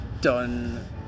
done